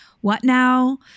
what-now